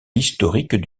historique